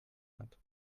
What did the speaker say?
hat